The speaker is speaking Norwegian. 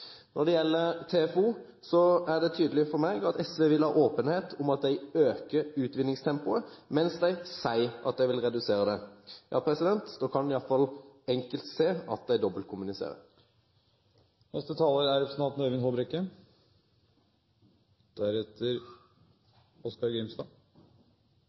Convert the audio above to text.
Når det gjelder TFO, er det tydelig for meg at SV vil ha åpenhet om at de øker utvinningstempoet, mens de sier at de vil redusere det. Ja, da kan en i alle fall enkelt se at de